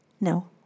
No